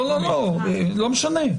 לא משנה.